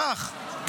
ברח.